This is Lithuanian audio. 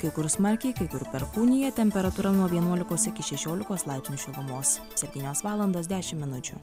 kai kur smarkiai kai kur perkūnija temperatūra nuo vienuolikos iki šešiolikos laipsnių šilumos septynios valandas dešimt minučių